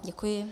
Děkuji.